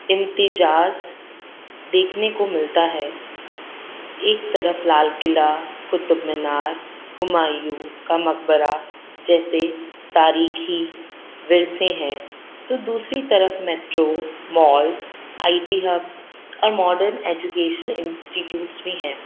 امتزاج دیکھنے کو ملتا ہے ایک طرف لال قلعہ قطب مینار ہمایوں کا مقبرہ جیسے تاریخی ورثے ہیں تو دوسری طرف metro malls I T hubs اور ماڈرن ایجوکیشن انسٹیٹیوٹس بھی ہیں